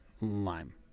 lime